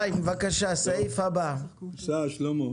2. הצבעה ההסתייגות לא התקבלה.